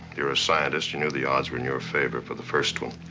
you're a scientist. you knew the odds were in your favor for the first one.